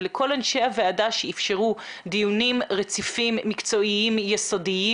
לכל אנשי הוועדה שאפשרו דיונים רציפים מקצועיים ויסודיים.